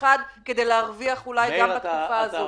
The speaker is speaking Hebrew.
אחד כדי אולי להרוויח גם בתקופה הזאת.